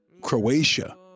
Croatia